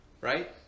right